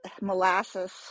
molasses